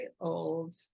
old